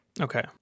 okay